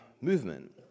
movement